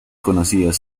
conocidas